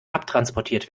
abtransportiert